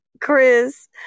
chris